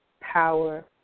power